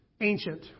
ancient